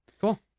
Cool